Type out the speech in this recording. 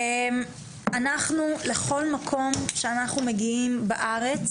אנחנו לכל מקום שאנחנו מגיעים בארץ,